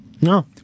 No